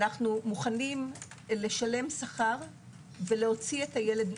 אנו מוכנים לשלם שכר ולהוציא את המורה.